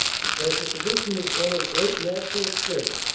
because the position is one of great natural strength,